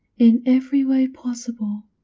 in every way possible,